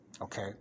Okay